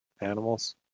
Animals